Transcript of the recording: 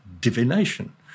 Divination